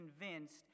convinced